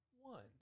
one